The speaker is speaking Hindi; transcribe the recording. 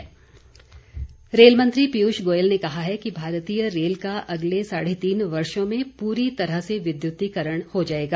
गोयल नवीकरणीय ऊर्जा रेल मंत्री पीयूष गोयल ने कहा है कि भारतीय रेल का अगले साढे तीन वर्षो में पूरी तरह से विद्युतीकरण हो जाएगा